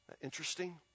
Interesting